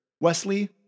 Wesley